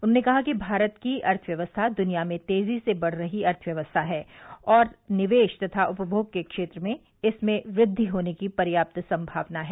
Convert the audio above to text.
उन्होंने कहा कि भारत की अर्थव्यवस्था दुनिया में तेजी से बढ़ रही अर्थव्यवस्था है और निवेश तथा उपभोग के क्षेत्र में इसमें वृद्वि होने की पर्याप्त संभावना है